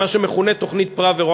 מה שמכונה תוכנית פראוור,